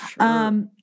Sure